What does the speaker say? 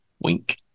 wink